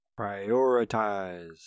Prioritize